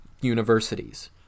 universities